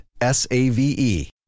S-A-V-E